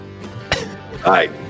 hi